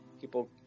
people